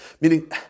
Meaning